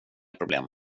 problem